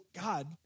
God